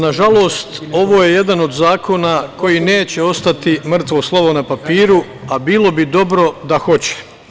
Nažalost, ovo je jedan od zakona koji neće ostati mrtvo slovo na papiru, a bilo bi dobro da hoće.